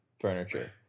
furniture